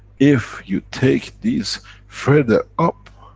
if you take these further up,